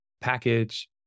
package